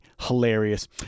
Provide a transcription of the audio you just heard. hilarious